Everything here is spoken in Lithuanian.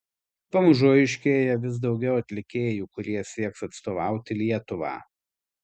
pamažu aiškėja vis daugiau atlikėjų kurie sieks atstovauti lietuvą